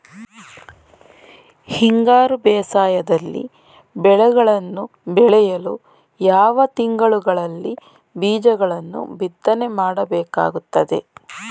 ಹಿಂಗಾರು ಬೇಸಾಯದಲ್ಲಿ ಬೆಳೆಗಳನ್ನು ಬೆಳೆಯಲು ಯಾವ ತಿಂಗಳುಗಳಲ್ಲಿ ಬೀಜಗಳನ್ನು ಬಿತ್ತನೆ ಮಾಡಬೇಕಾಗುತ್ತದೆ?